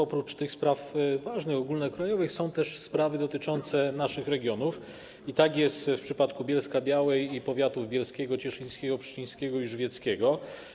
Oprócz tych spraw ważnych, ogólnokrajowych, są też sprawy dotyczące naszych regionów, tak jest w przypadku Bielska-Białej i powiatów bielskiego, cieszyńskiego, pszczyńskiego i żywieckiego.